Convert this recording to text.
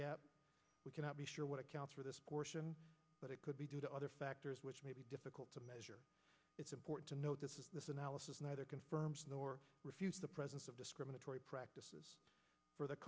gap we cannot be sure what accounts for this portion but it could be due to other factors which may be difficult to measure it's important to note this is this analysis neither confirm nor refuse the presence of discriminatory practices for the